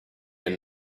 and